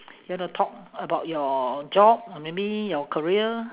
you want to talk about your job or maybe your career